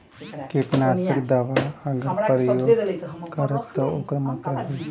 कीटनाशक दवा अगर प्रयोग करब त ओकर मात्रा का होई?